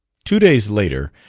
two days later,